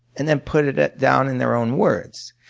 and then put it it down in their own words.